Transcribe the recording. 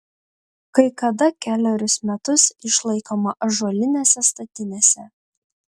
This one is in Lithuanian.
kai kada kelerius metus išlaikoma ąžuolinėse statinėse